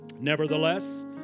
Nevertheless